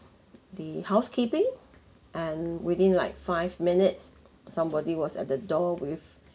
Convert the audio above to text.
the housekeeping and within like five minutes somebody was at the door with